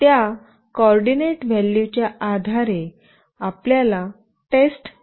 त्या कोऑर्डिनेट व्हॅल्यूच्या आधारे आपल्याला टेस्ट घ्यावी लागेल